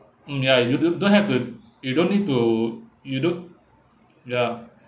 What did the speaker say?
mm ya you d~ don't have to you don't need to you don't ya